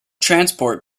transport